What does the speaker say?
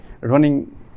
running